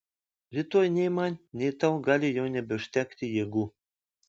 rytoj nei man nei tau gali jau nebeužtekti jėgų